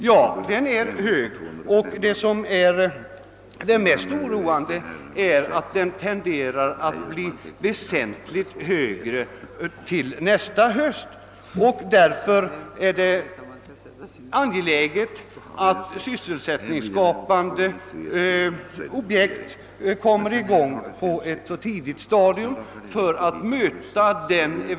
Ja, den är hög, och det mest oroande är att den tenderar att bli väsentligt högre till nästa höst. Just därför är det nödvändigt att sysselsättningsskapande objekt kommer i gång på ett tidigt stadium.